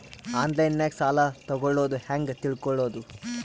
ಆನ್ಲೈನಾಗ ಸಾಲ ತಗೊಳ್ಳೋದು ಹ್ಯಾಂಗ್ ತಿಳಕೊಳ್ಳುವುದು?